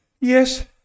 yes